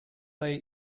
they